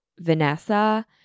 Vanessa